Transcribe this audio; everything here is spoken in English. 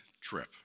trip